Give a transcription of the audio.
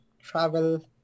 travel